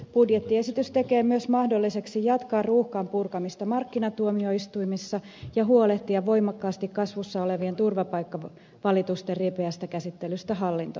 budjettiesitys tekee myös mahdolliseksi jatkaa ruuhkan purkamista markkinatuomioistuimessa ja huolehtia voimakkaasti kasvussa olevien turvapaikkavalitusten ripeästä käsittelystä hallinto oikeuksissa